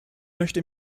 möchte